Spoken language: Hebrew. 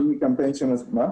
מה?